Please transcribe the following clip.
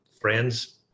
friends